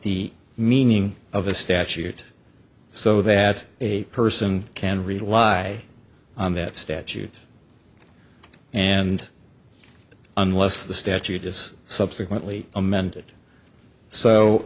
the meaning of a statute so that a person can rely on that statute and unless the statute is subsequently amended so